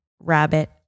rabbit